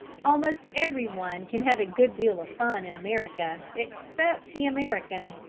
almost every one can have a good deal of fun in america except the american.